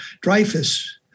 Dreyfus